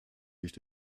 liegt